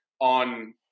on